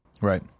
Right